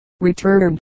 Return